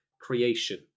creation